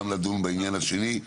גם לדון בעניין השני,